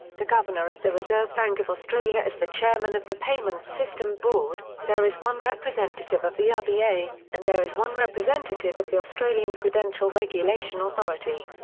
the governor of the reserve bank of australia is the chairman of the payments system board, there is one representative of the rba, and there is one representative of the australian prudential regulation authority.